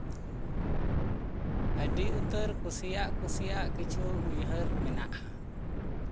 ᱟᱹᱰᱤ ᱩᱛᱟᱹᱨ ᱠᱩᱥᱤᱭᱟᱜᱼᱠᱩᱥᱤᱭᱟᱜ ᱠᱤᱪᱷᱩ ᱩᱭᱦᱟᱹᱨ ᱢᱮᱱᱟᱜᱼᱟ